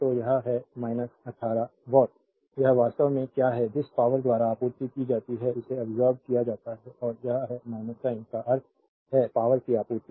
तो यह है 18 वाट यह वास्तव में क्या है जिसे पावरद्वारा आपूर्ति की जाती है इसे अब्सोर्बेद किया जाता है और यह है साइन का अर्थ है पावरकी आपूर्ति